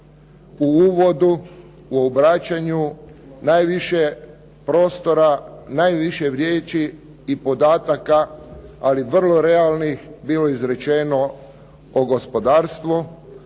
u uvodu, u obraćanju, najviše prostora, najviše riječi i podataka, ali vrlo realnih bilo izrečeno o gospodarstvu,